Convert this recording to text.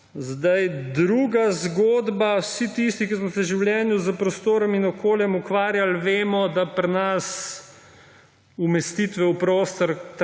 Druga zgodba. Vsi tisti, ki smo se v življenju s prostorom in okoljem ukvarjali, vemo, da pri nas umestitve v prostor